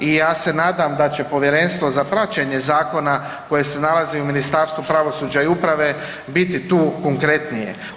I ja se nadam da će povjerenstvo za praćenje zakona koje se nalazi u Ministarstvu pravosuđa i uprave biti tu konkretnije.